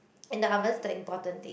and the oven the important thing